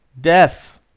death